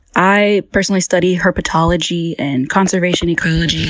i personally study herpetology and conservation ecology.